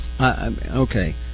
okay